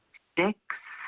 six